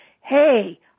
Hey